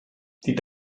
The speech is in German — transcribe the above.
die